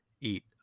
eat